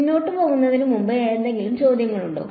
മുന്നോട്ട് പോകുന്നതിന് മുമ്പ് എന്തെങ്കിലും ചോദ്യങ്ങളുണ്ടോ